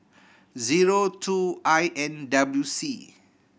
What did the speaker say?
zero two I N W C